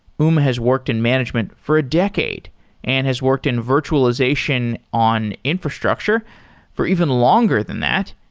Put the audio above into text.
uma has worked in management for a decade and has worked in virtualization on infrastructure for even longer than that.